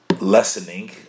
Lessening